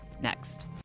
next